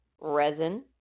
resin